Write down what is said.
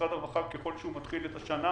משרד הרווחה, ככל שהוא מתחיל את השנה,